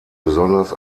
besonders